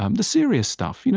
um the serious stuff, you know